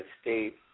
State